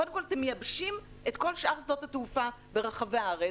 קודם כל אתם מייבשים את כל שאר שדות התעופה ברחבי הארץ,